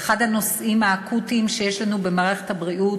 זה אחד הנושאים האקוטיים שיש לנו במערכת הבריאות,